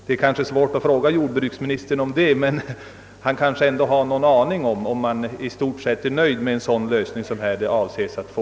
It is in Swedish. Det kanske inte är någon idé att fråga jordbruksministern om detta, men han kanske ändå har någon aning om huruvida man i stort sett är nöjd med den lösning som problemet är avsett att få.